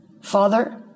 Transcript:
father